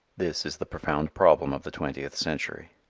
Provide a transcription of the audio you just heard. this is the profound problem of the twentieth century.